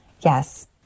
Yes